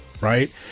right